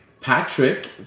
Patrick